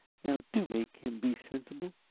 now do make him be sensible!